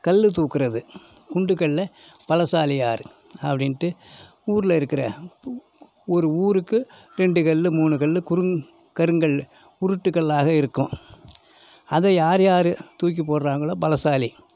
கல் தூக்கிறது குண்டுக்கல்லை பலசாலி யார் அப்படின்ட்டு ஊர்ல இருக்கிற ஒரு ஊருக்கு ரெண்டு கல் மூணு கல் குறுங் கருங்கல் உருட்டுக்கல்லாக இருக்கும் அதை யார் யார் தூக்கி போடுகிறாங்களோ பலசாலி